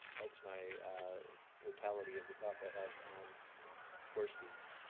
that's my totality of the talk i have on course fees.